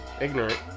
ignorant